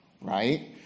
right